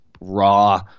raw